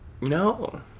No